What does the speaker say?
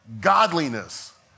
Godliness